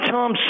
Tom